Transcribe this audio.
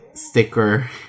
sticker